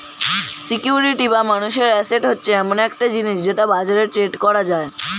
security বা মানুষের asset হচ্ছে এমন একটা জিনিস যেটা বাজারে ট্রেড করা যায়